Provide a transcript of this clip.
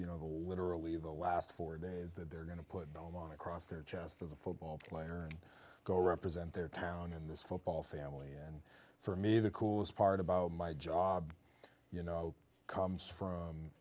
you know the literally the last four days that they're going to put belmont across their chest as a football player and go represent their town in this football family and for me the coolest part about my job you know comes from